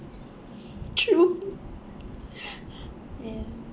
true ya